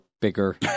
bigger